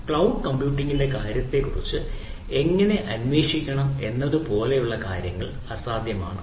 cloud കമ്പ്യൂട്ടിംഗിൽ കാര്യങ്ങളെക്കുറിച്ച് എങ്ങനെ അന്വേഷിക്കണം എന്നതുപോലുള്ള കാര്യങ്ങൾ അസാധ്യമാണ്